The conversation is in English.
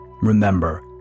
Remember